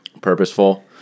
purposeful